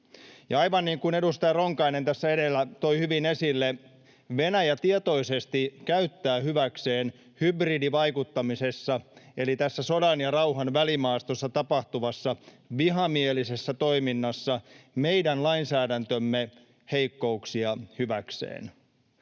Aivan niin kuin edustaja Ronkainen tässä edellä toi hyvin esille, Venäjä tietoisesti käyttää hyväkseen hybridivaikuttamisessa eli tässä sodan ja rauhan välimaastossa tapahtuvassa vihamielisessä toiminnassa meidän lainsäädäntömme heikkouksia.